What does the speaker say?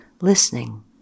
listening